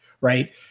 right